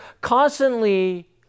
constantly